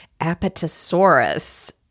Apatosaurus